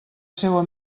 seua